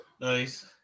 Nice